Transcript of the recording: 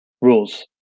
rules